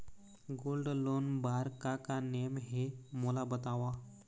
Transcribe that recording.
Gold loan बार का का नेम हे, मोला बताव?